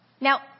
now